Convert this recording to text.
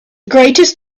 greatest